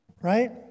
right